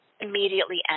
immediately